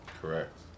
Correct